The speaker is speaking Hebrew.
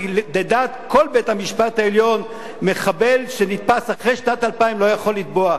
כי לדעת כל בית-המשפט העליון מחבל שנתפס אחרי שנת 2000 לא יכול לתבוע,